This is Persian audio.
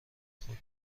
خود